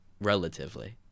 relatively